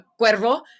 Cuervo